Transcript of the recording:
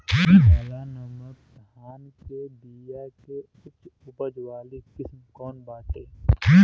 काला नमक धान के बिया के उच्च उपज वाली किस्म कौनो बाटे?